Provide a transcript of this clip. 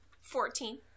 Fourteen